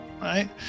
right